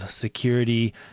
security